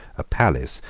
a palace,